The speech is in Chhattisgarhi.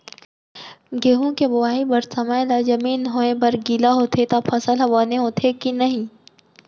गेहूँ के बोआई बर समय ला जमीन होये बर गिला होथे त फसल ह बने होथे की नही?